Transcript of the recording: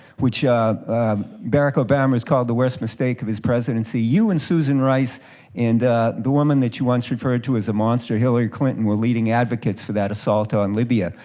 which barack obama has called the worst mistake of his presidency. you and susan rice and the woman that you once referred to as a monster, hillary clinton, were leading advocates for that assault on libya,